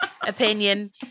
opinion